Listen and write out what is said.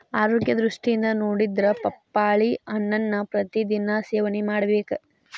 ಆರೋಗ್ಯ ದೃಷ್ಟಿಯಿಂದ ನೊಡಿದ್ರ ಪಪ್ಪಾಳಿ ಹಣ್ಣನ್ನಾ ಪ್ರತಿ ದಿನಾ ಸೇವನೆ ಮಾಡಬೇಕ